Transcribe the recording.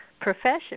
profession